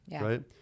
right